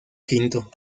quinto